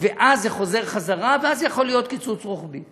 ואז זה חוזר, ואז יכול להיות קיצוץ רוחבי.